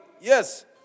Yes